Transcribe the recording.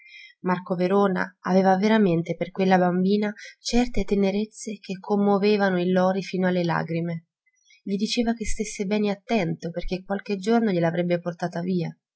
marco verona aveva veramente per quella bimba certe tenerezze che commovevano il lori fino alle lagrime gli diceva che stesse bene attento perché qualche giorno gliel'avrebbe portata via